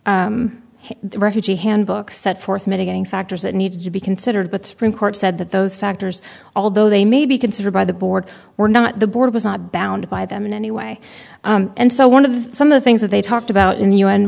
n the refugee handbook set forth mitigating factors that need to be considered but supreme court said that those factors although they may be considered by the board or not the board was not bound by them in any way and so one of the some of the things that they talked about in the u